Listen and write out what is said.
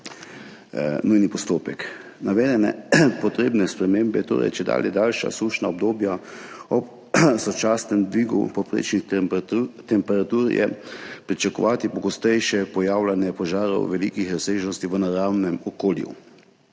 nujni postopek. Navedene potrebne spremembe, torej zaradi čedalje daljših sušnih obdobij ob sočasnem dvigu povprečnih temperatur je pričakovati pogostejše pojavljanje požarov velikih razsežnosti v naravnem okolju,